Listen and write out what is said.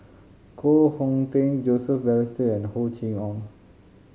Koh Hong Teng Joseph Balestier and Hor Chim Or